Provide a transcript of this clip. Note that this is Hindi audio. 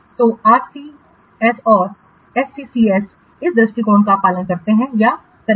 तो आरसीएस और एससीसीएस इस दृष्टिकोण का पालन करते हैं या करते हैं